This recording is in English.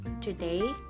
Today